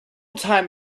time